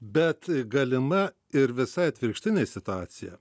bet galima ir visai atvirkštinė situacija